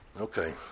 Okay